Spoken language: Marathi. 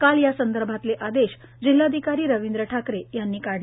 काल या संदर्भातले आदेश जिल्हाधिकारी रवींद्र ठाकरे यांनी काढले